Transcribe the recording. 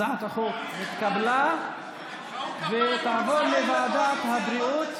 הצעת החוק התקבלה, ותעבור לוועדת הבריאות.